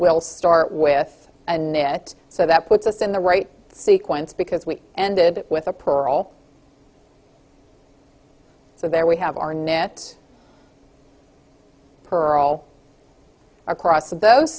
we'll start with a net so that puts us in the right sequence because we ended with a pearl so there we have our net pearl across th